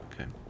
Okay